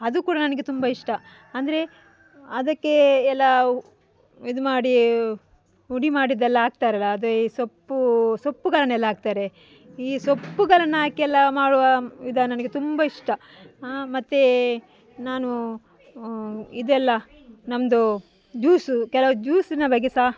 ಅದು ಕೂಡ ನನಗೆ ತುಂಬ ಇಷ್ಟ ಅಂದರೆ ಅದಕ್ಕೆ ಎಲ್ಲ ಇದು ಮಾಡಿ ಪುಡಿ ಮಾಡಿದ್ದೆಲ್ಲ ಹಾಕ್ತಾರಲ್ಲ ಅದೇ ಈ ಸೊಪ್ಪು ಸೊಪ್ಪುಗಳನ್ನೆಲ್ಲ ಹಾಕ್ತಾರೆ ಈ ಸೊಪ್ಪುಗಳನ್ನು ಹಾಕಿ ಎಲ್ಲ ಮಾಡುವ ಇದು ನನಗೆ ತುಂಬ ಇಷ್ಟ ಮತ್ತು ನಾನು ಇದೆಲ್ಲ ನಮ್ಮದು ಜ್ಯೂಸು ಕೆಲವ್ರಿಗೆ ಜ್ಯೂಸಿನ ಬಗ್ಗೆ ಸಹ